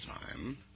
time